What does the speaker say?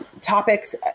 topics